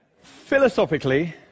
Philosophically